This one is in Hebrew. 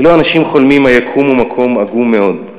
ללא אנשים חולמים היקום הוא מקום עגום מאוד.